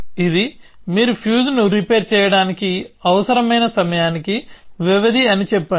ఇది మీరు ఫ్యూజ్ని రిపేర్ చేయడానికి అవసరమైన సమయానికి వ్యవధి అని చెప్పండి